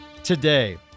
today